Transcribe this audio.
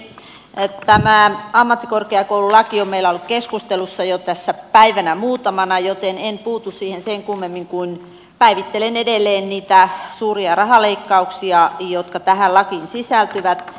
tämä ammattikorkeakoululaki on meillä ollut keskustelussa jo tässä päivänä muutamana joten en puutu siihen sen kummemmin kuin päivittelen edelleen niitä suuria rahaleikkauksia jotka tähän lakiin sisältyvät